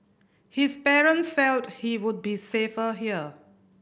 his parents felt he would be safer here